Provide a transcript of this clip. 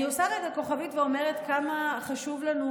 אני עושה רגע כוכבית ואומרת כמה חשוב לנו